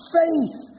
faith